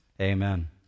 Amen